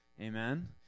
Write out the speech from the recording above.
Amen